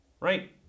right